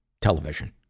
television